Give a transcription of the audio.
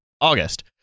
August